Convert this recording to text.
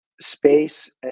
space